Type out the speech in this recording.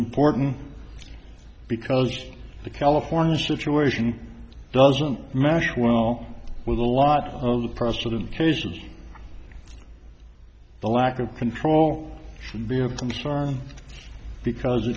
important because the california situation doesn't mesh well with a lot of precedent cases the lack of control should be a concern because